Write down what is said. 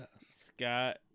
Scott